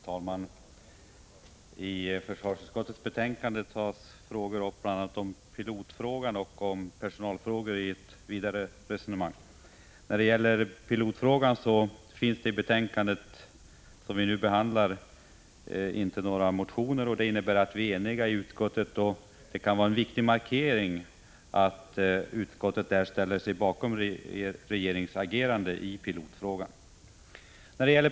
Herr talman! I försvarsutskottets betänkande tas frågor upp bl.a. om piloter och om personal i ett vidare sammanhang. När det gäller pilotfrågan finns i det betänkande som vi nu behandlar inte några motioner. Det innebär att vi är eniga i utskottet, och det kan vara en viktig markering att utskottet ställer sig bakom regeringens agerande i denna fråga.